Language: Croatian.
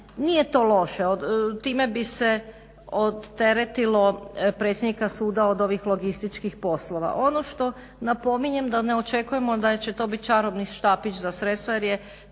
Nije to loše, time bi se oteretilo predsjednika suda od ovih logističkih poslova. Ono što napominjem da ne očekujemo da će to biti čarobni štapić za sredstva jer je